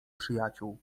przyjaciół